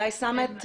גיא סמט,